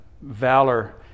valor